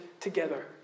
together